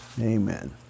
Amen